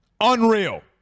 Unreal